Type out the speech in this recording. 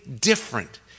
different